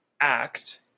act